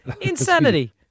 Insanity